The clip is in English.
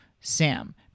Sam